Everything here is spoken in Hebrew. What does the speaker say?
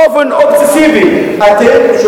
באופן אובססיבי, את זה דודו רותם אומר.